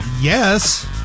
yes